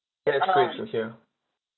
yes great to hear